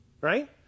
right